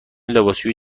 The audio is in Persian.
لباسشویی